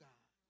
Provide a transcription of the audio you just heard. God